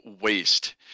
waste